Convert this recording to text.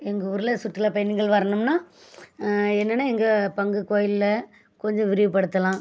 எங்கள் ஊரில் சுற்றுலா பயணிகள் வரணும்னா என்னென்னா எங்கள் பங்கு கோவில்ல கொஞ்சம் விரிவுப்படுத்தலாம்